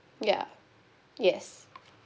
ya yes